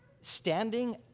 standing